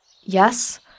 yes